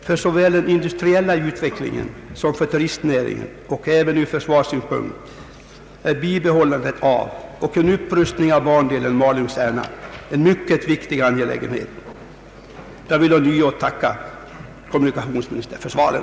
För såväl den industriella utvecklingen som för turistnäringen och även ur försvarssynpunkt är bibehållandet av och en upprustning av bandelen Malung—Särna en mycket viktig angelägenhet. Jag vill ånyo tacka kommunikationsministern för svaret.